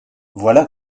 voilà